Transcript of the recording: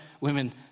women